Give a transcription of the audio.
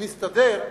נסתדר.